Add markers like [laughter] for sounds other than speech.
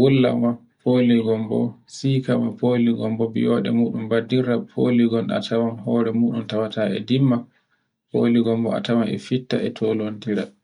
wullama fulongobo sika ma folongonbo biyoɗe muɗum baddirta folin ngon a tawan hore muɗun tawata e dimma. folingon a tawa e fitta e tolontira. [hesitation]